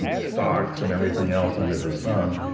and stocks and everything else under the sun.